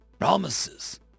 Promises